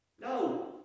No